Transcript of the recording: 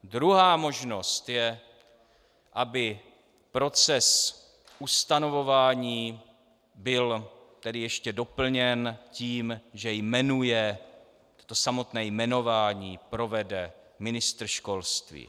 Druhá možnost je, aby proces ustanovování byl tedy ještě doplněn tím, že jmenuje, to samotné jmenování provede ministr školství.